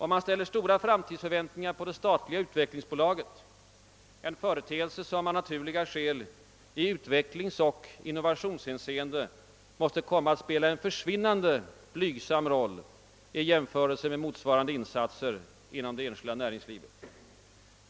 Man ställer också stora framtidsförväntningar på det statliga utvecklingsbolaget, en företeelse som av naturliga skäl i utvecklingsoch innovationshänseende måste komma att spela en försvinnande blygsam roll i jämförelse med motsvarande insatser inom det enskilda näringslivet.